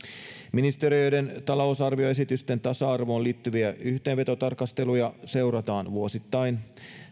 ministeriöiden talousarvioesitysten tasa arvoon liittyviä yhteenvetotarkasteluja seurataan vuosittain